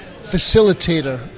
facilitator